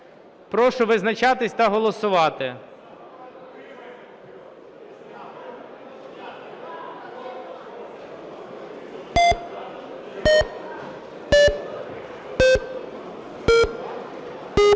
Прошу визначатись та голосувати.